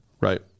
right